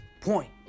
point